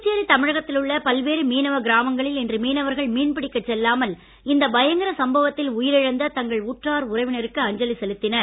புதுச்சேரி தமிழகத்தில் உள்ள பல்வேறு மீனவ கிராமங்களில் இன்று மீனவர்கள் மீன்பிடிக்கச் செல்லாமல் இந்த பயங்கர சம்பவத்தில் உயிரழந்த தங்கள் உற்றார் உறவினருக்கு அஞ்சலி செலுத்தினர்